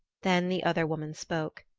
then the other woman spoke.